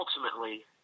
ultimately